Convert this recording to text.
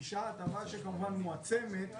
אנחנו עוברים להסתייגות 45. בסעיף 3 להצעת החוק,